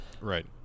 right